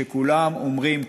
שכולם אומרים,